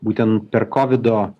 būtent per kovido